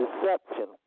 deception